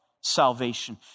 salvation